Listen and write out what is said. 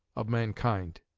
of mankind.